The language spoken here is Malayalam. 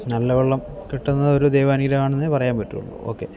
നല്ല വെള്ളം കിട്ടുന്നത് ഒരു ദൈവാനുഗ്രഹമാണ് എന്നെ പറയാ പറ്റൂള്ളൂ ഓക്കെ